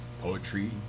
Poetry